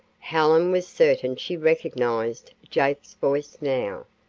helen was certain she recognized jake's voice now.